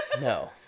No